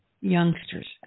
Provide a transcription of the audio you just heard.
youngsters